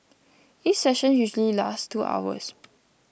each session usually lasts two hours